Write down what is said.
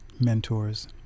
mentors